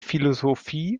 philosophie